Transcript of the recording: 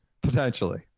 potentially